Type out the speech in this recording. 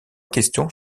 questions